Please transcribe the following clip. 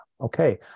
okay